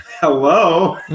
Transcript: hello